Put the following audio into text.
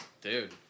dude